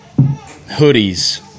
hoodies